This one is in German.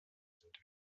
sind